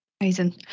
amazing